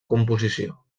composició